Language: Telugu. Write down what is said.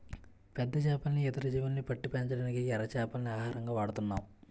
పెద్ద చేపల్ని, ఇతర జీవుల్ని పట్టి పెంచడానికి ఎర చేపల్ని ఆహారంగా వాడుతున్నాం